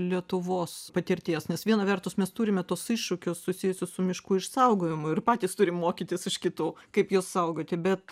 lietuvos patirties nes viena vertus mes turime tuos iššūkius susijusius su miškų išsaugojimu ir patys turim mokytis iš kitų kaip juos saugoti bet